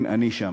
כן, אני שם.